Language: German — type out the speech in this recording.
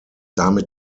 damit